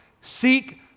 Seek